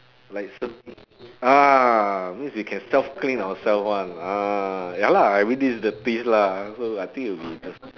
like cer~ ah means we can self clean ourself [one] ah ya lah everyday is dirty lah so I think it'll be